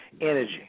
energy